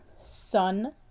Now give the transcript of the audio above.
sun